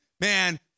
man